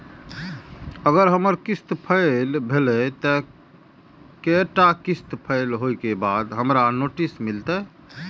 अगर हमर किस्त फैल भेलय त कै टा किस्त फैल होय के बाद हमरा नोटिस मिलते?